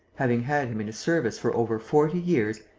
having had him in his service for over forty years,